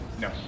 No